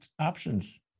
options